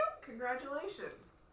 Congratulations